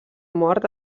mort